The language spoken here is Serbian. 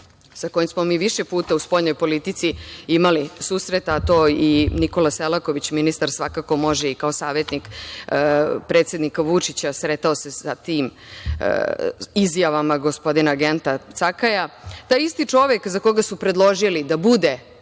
sa kojim smo mi više puta u spoljnoj politici imali susreta, to i Nikola Selaković ministar svakako može, i kao savetnik predsednika Vučića, sretao se sa tim izjavama gospodina Genta Cakaja, taj isti čovek za koga su predložili da bude